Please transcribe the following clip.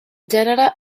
gènere